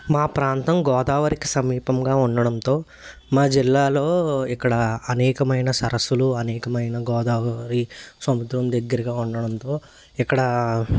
మా ప్రాంతం గోదావరికి సమీపంగా ఉండడంతో మా జిల్లాలో ఇక్కడ అనేకమైన సరస్సులు అనేకమైన గోదావరి సముద్రం దగ్గరగా ఉండడంతో ఇక్కడ